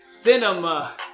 Cinema